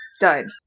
done